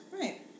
Right